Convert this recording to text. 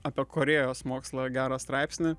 apie korėjos mokslą gerą straipsnį